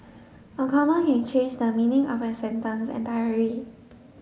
a comma can change the meaning of a sentence entirely